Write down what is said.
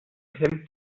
hemmt